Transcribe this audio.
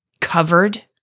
covered